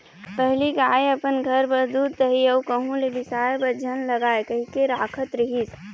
पहिली गाय अपन घर बर दूद, दही अउ कहूँ ले बिसाय बर झन लागय कहिके राखत रिहिस